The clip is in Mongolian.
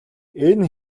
энэ